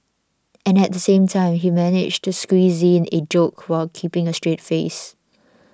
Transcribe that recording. and at the same time he managed to squeeze in joke while keeping a straight face